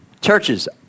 Churches